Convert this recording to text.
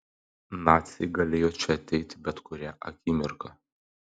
naciai galėjo čia ateiti bet kurią akimirką